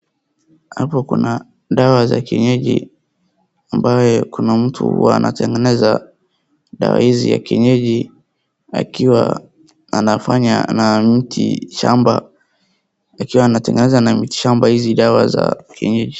Hapo kuna dawa za kienyeji ambayo kuna mtu huwa anatengeneza dawa hizi ya kienyeji, akiwa anafanya na miti shamba, akiwa anatengeneza na miti shamba hizi dawa za kienyeji.